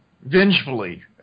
vengefully